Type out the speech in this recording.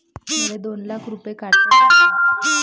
मले दोन लाख रूपे काढता येईन काय?